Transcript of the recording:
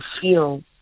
feel